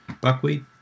Buckwheat